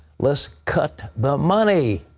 let's cut the money.